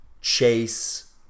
Chase